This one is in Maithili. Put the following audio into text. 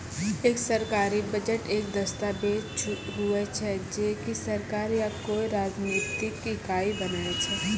एक सरकारी बजट एक दस्ताबेज हुवै छै जे की सरकार या कोय राजनितिक इकाई बनाय छै